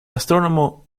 astrónomo